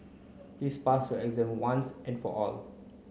please pass your exam once and for all